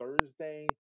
Thursday